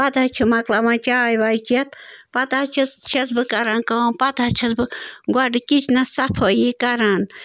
پتہٕ حظ چھِ مۄکلاوان چاے واے چٮ۪تھ پتہٕ حظ چھَس چھَس بہٕ کَران کٲم پتہٕ حظ چھَس بہٕ گۄڈٕ کِچنَس صفٲیی کَران